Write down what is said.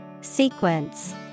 Sequence